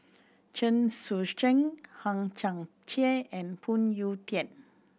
Chen Sucheng Hang Chang Chieh and Phoon Yew Tien